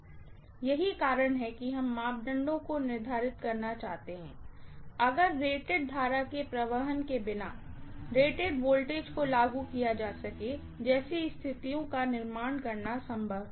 यही कारण है कि हम मापदंडों को निर्धारित करना चाहते हैं अगर रेटेड करंट के प्रवहन के बिना रेटेड वोल्टेज को लागू किया जा सके जैसी स्थितियों का निर्माण करना संभव है